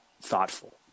thoughtful